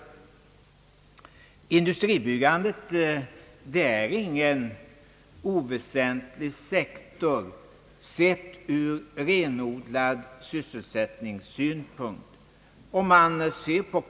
Industribyggandet är ingen oväsentlig sektor ur renodlad sysselsättningssynpunkt.